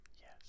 yes